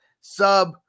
Sub